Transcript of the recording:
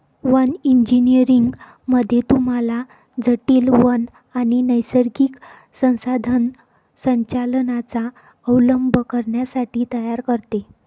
one engineering मध्ये तुम्हाला जटील वन आणि नैसर्गिक संसाधन संचालनाचा अवलंब करण्यासाठी तयार करते